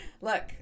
look